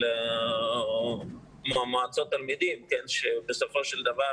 של מועצות התלמידים רשותית,